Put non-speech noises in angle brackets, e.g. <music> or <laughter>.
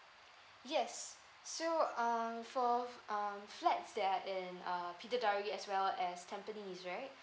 <breath> yes so uh for um flats that are in uh as well as tampines right <breath>